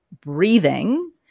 breathing